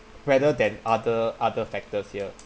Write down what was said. rather than other other factors here